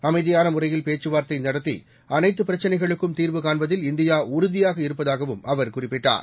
அமைதியானமுறையில்பேச்சுவார்த்தைநடத்தி அனைத்துபிரச்னைகளுக்கும்தீர்வுகாண்பதில்இந்தியாஉ றுதியாகஇருப்பதாகவும்அவர்குறிப்பிட்டார்